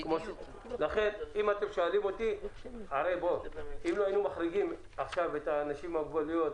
אם לא היינו מחריגים עכשיו את האנשים עם מוגבלויות,